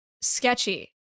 sketchy